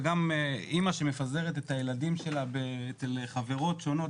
וגם אמא שמפזרת את הילדים שלה אצל חברות שונות.